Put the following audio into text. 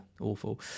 Awful